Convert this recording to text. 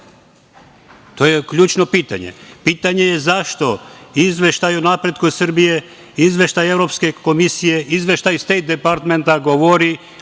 To je ključno pitanje. Pitanje je zašto izveštaj o napretku Srbije, izveštaj Evropske komisije, izveštaj Stejt departmenta govori